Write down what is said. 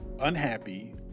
unhappy